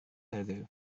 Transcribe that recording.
heddiw